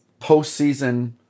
postseason